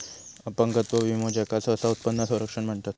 अपंगत्व विमो, ज्याका सहसा उत्पन्न संरक्षण म्हणतत